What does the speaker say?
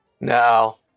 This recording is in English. no